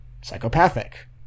psychopathic